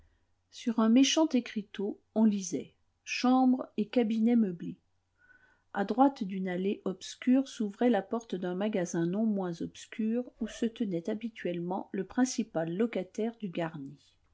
sur un méchant écriteau on lisait chambres et cabinets meublés à droite d'une allée obscure s'ouvrait la porte d'un magasin non moins obscur où se tenait habituellement le principal locataire du garni